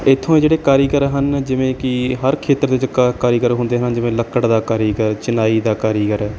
ਇਥੋਂ ਜਿਹੜੇ ਕਾਰੀਗਰ ਹਨ ਜਿਵੇਂ ਕਿ ਹਰ ਖੇਤਰ ਦੇ ਚ ਕਾ ਕਾਰੀਗਰ ਹੁੰਦੇ ਹਨ ਜਿਵੇਂ ਲੱਕੜ ਦਾ ਕਾਰੀਗਰ ਚਿਣਾਈ ਦਾ ਕਾਰੀਗਰ